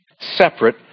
separate